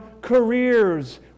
careers